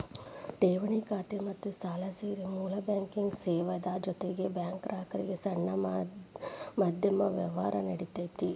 ಠೆವಣಿ ಖಾತಾ ಮತ್ತ ಸಾಲಾ ಸೇರಿ ಮೂಲ ಬ್ಯಾಂಕಿಂಗ್ ಸೇವಾದ್ ಜೊತಿಗೆ ಬ್ಯಾಂಕು ಗ್ರಾಹಕ್ರಿಗೆ ಸಣ್ಣ ಮಧ್ಯಮ ವ್ಯವ್ಹಾರಾ ನೇಡ್ತತಿ